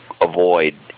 avoid